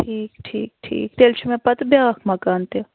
ٹھیٖک ٹھیٖک ٹھیٖک تیٚلہِ چھِ مےٚ پتہٕ بیٛاکھ مکان تہِ